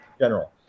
general